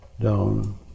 down